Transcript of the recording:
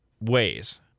ways